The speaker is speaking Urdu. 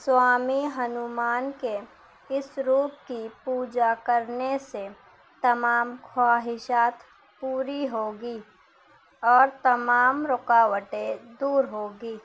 سوامی ہنومان کے اس روپ کی پوجا کرنے سے تمام خواہشات پوری ہوگی اور تمام رکاوٹیں دور ہوگی